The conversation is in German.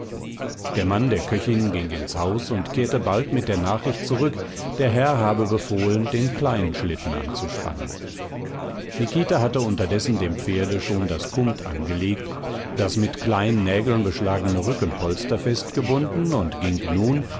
der mann der köchin ging ins haus und kehrte bald mit der nachricht zurück der herr habe befohlen den kleinen schlitten anzuspannen nikita hatte unterdessen dem pferde schon das kumt angelegt das mit kleinen nägeln beschlagene rückenpolster festgebunden und ging nun